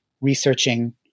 researching